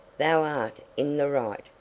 thou art in the right,